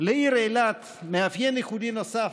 לעיר אילת מאפיין ייחודי נוסף,